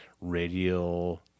radial